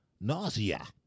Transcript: nausea